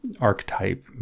archetype